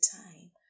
time